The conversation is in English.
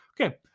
okay